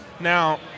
Now